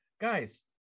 guys